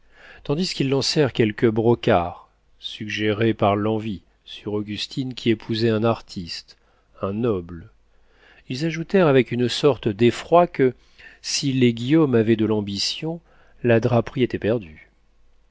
tandis qu'ils lancèrent quelques brocards suggérés par l'envie sur augustine qui épousait un artiste un noble ils ajoutèrent avec une sorte d'effroi que si les guillaume avaient de l'ambition la draperie était perdue